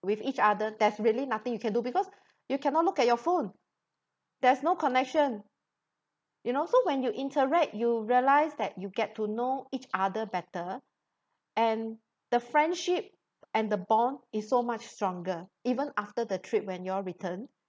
with each other there's really nothing you can do because you cannot look at your phone there's no connection you know so when you interact you realise that you get to know each other better and the friendship and the bond is so much stronger even after the trip when you all return